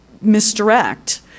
misdirect